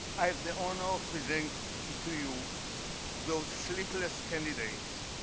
i have the honor of presenting to you those sleepless candidates